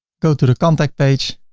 go to the contact page,